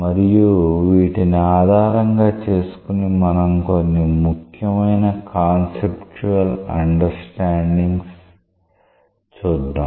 మరియు వీటిని ఆధారంగా చేసుకుని మనం మరికొన్ని ముఖ్యమైన కాన్సెప్టువల్ అండర్స్టాండింగ్స్ చూద్దాం